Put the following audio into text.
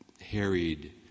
harried